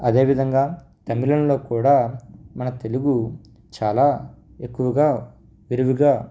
అదేవిధంగా తమిళంలో కూడా మన తెలుగు చాలా ఎక్కువగా విరివిగా